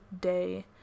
day